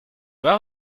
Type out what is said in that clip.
voir